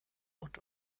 und